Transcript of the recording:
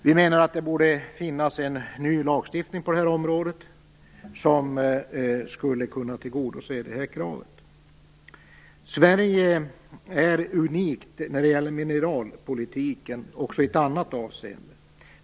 Vi menar att det borde finnas en ny lagstiftning på det här området som skulle kunna tillgodose det här kravet. Sverige är unikt när det gäller mineralpolitiken också i ett annat avseende.